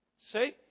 See